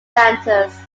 planters